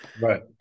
Right